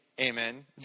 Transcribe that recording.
amen